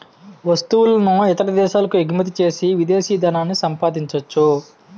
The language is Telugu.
వస్తువులను ఇతర దేశాలకు ఎగుమచ్చేసి విదేశీ ధనాన్ని సంపాదించొచ్చు